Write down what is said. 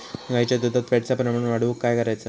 गाईच्या दुधात फॅटचा प्रमाण वाढवुक काय करायचा?